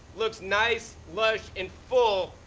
looks nice, lush and full.